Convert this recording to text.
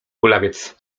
kulawiec